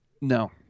No